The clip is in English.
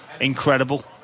incredible